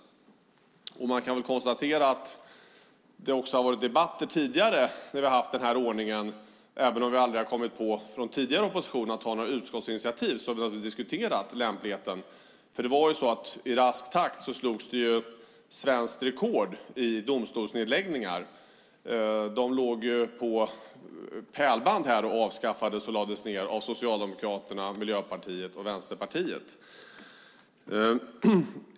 Man kan konstatera att det också tidigare har varit debatter när vi har haft den här ordningen. Även om vi från tidigare opposition aldrig har kommit på att ta några utskottsinitiativ så har vi diskuterat lämpligheten. I rask takt slogs det ju svenskt rekord i domstolsnedläggningar. De låg som på pärlband och avskaffades och lades ned av Socialdemokraterna, Miljöpartiet och Vänsterpartiet.